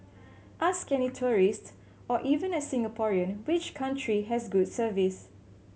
ask any tourist or even a Singaporean which country has good service